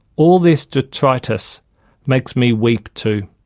all this detritus makes me weep too,